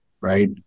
Right